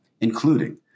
including